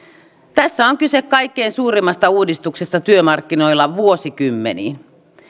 tässä on kyse kaikkein suurimmasta uudistuksesta työmarkkinoilla vuosikymmeniin